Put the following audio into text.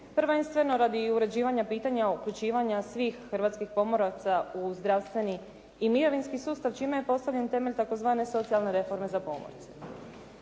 prvenstveno radi uređivanja pitanja uključivanja svih hrvatskih pomoraca u zdravstveni i mirovinski sustav čime je postavljen temelj tzv. socijalne reforme za pomorce.